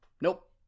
nope